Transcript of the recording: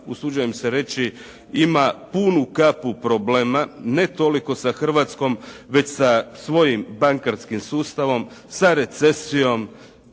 usuđujem se reći, ima punu kapu problema, ne toliko sa Hrvatskom već sa svojim bankarskim sustavom, sa recesijom.